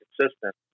consistent